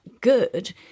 good